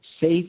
safe